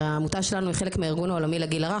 הרי העמותה שלנו היא חלק מהארגון העולמי לגיל הרך,